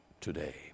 today